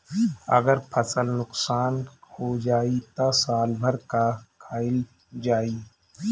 अगर फसल नुकसान हो जाई त साल भर का खाईल जाई